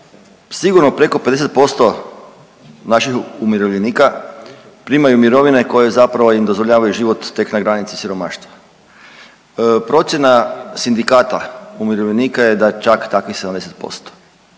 sigurno preko 50% naših umirovljenika primaju mirovine koje zapravo im dozvoljavaju život tek na granici siromaštva. Procjena Sindikata umirovljenika je da čak takvih 70%.